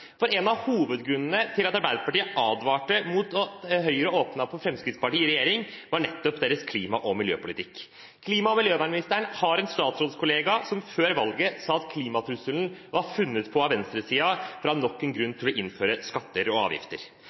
for en av hovedgrunnene til at Arbeiderpartiet advarte mot at Høyre åpnet for Fremskrittspartiet i regjering, var nettopp deres klima- og miljøpolitikk. Klima- og miljøministeren har en statsrådskollega som før valget sa at klimatrusselen var funnet på av venstresiden for at de skulle ha nok en grunn til å innføre skatter og avgifter.